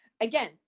Again